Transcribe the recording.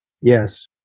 Yes